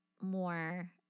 more